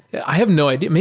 i have no idea.